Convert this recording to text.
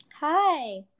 Hi